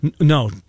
No